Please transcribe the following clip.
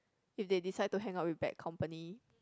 if they decide to hang out with bad company